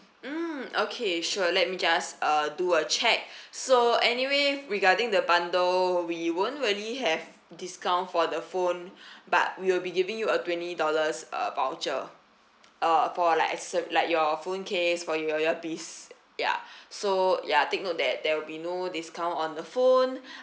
mm okay sure let me just uh do a check so anyway regarding the bundle we won't really have discount for the phone but we'll be giving you a twenty dollars uh voucher uh for like accesso~ like your phone case for your earpiece ya so ya take note that there will be no discount on the phone